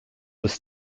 was